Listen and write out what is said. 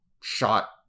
shot